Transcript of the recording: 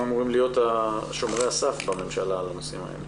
הם אמורים להיות שומרי הסף בממשלה על הנושאים האלה.